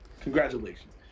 Congratulations